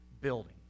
building